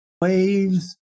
Waves